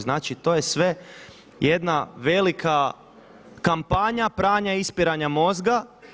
Znači, to je sve jedna velika kampanja pranja i ispiranja mozga.